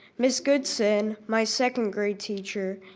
miss goodson, my second grade teacher,